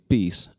Peace